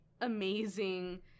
amazing